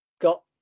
got